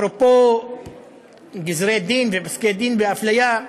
אפרופו גזרי-דין, פסקי-דין והפליה,